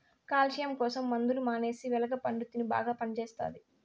calcium కోసం మందులు మానేసి వెలగ పండు తిను బాగా పనిచేస్తది